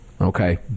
Okay